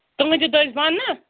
تُہنٛدِ دٔسۍ بَننا